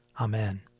Amen